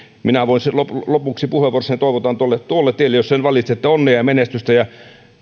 minä toivotan lopuksi puheenvuorossani tuolle tuolle tielle jos sen valitsette onnea ja menestystä ja